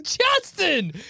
Justin